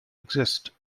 exist